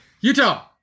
Utah